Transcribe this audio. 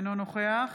אינו נוכח